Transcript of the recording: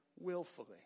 willfully